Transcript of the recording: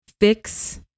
fix